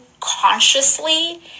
consciously